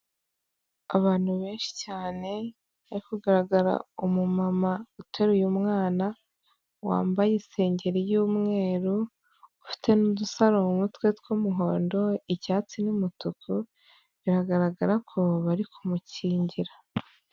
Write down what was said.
Abantu benshi cyane hari kugaragara umumama uteruye umwana, wambaye isengeri y'umweru, ufite n'udusaro mu mutwe tw'umuhondo icyatsi n'umutuku, biragaragara ko bari kumukingira.